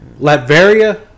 Latveria